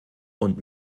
und